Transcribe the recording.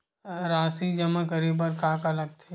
राशि जमा करे बर का का लगथे?